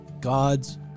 God's